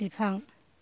बिफां